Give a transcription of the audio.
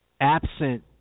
Absent